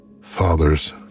Fathers